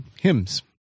hymns